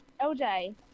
LJ